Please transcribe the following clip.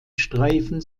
streifen